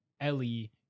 Ellie